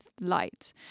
light